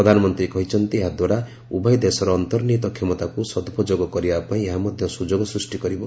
ପ୍ରଧାନମନ୍ତ୍ରୀ କହିଛନ୍ତି ଏହା ଦ୍ୱାରା ଉଭୟ ଦେଶର ଅନ୍ତର୍ନିହିତ କ୍ଷମତାକୁ ସଦୁପଯୋଗ କରିବା ପାଇଁ ଏହା ମଧ୍ୟ ସୁଯୋଗ ସୃଷ୍ଟି କରିବ